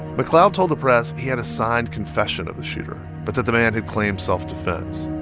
mcleod told the press he had a signed confession of the shooter, but that the man had claimed self-defense.